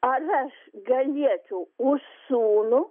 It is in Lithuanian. ar aš galėčiau už sūnų